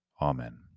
Amen